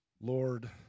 Lord